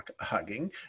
hugging